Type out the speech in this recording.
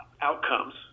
Outcomes